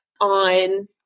on